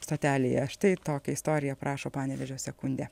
stotelėje štai tokią istoriją aprašo panevėžio sekundė